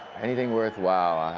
anything worthwhile,